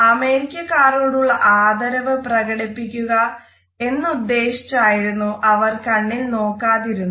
അമേരിക്കക്കാരോടുള്ള ആദരവ് പ്രകടിപ്പിക്കുക എന്നുദ്ദേശിച്ചായിരുന്നു അവർ കണ്ണിൽ നോക്കാതിരുന്നത്